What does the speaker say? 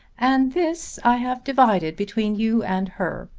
and this i have divided between you and her.